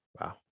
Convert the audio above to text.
Wow